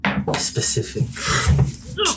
specific